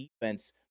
defense